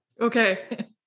Okay